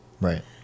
Right